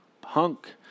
Punk